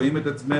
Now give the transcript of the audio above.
רואים את עצמנו,